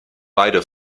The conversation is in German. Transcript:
beide